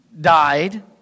died